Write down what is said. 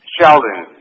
Sheldon